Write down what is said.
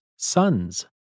Sons